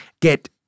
get